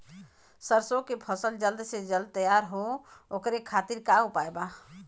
सरसो के फसल जल्द से जल्द तैयार हो ओकरे खातीर का उपाय बा?